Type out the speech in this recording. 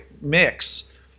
mix